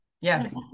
Yes